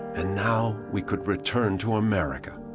and now we could return to america.